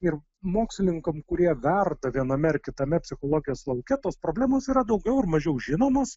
ir mokslininkam kurie verda viename ar kitame psichologijos lauke tos problemos yra daugiau ar mažiau žinomos